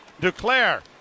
Duclair